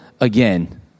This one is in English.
again